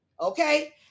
Okay